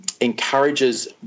encourages